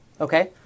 Okay